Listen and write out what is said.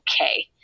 okay